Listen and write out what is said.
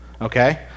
Okay